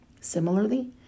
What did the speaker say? similarly